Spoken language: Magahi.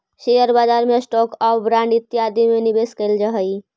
शेयर बाजार में स्टॉक आउ बांड इत्यादि में निवेश कैल जा हई